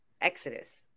Exodus